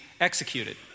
executed